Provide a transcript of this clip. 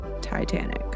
Titanic